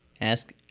Ask